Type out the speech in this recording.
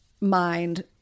mind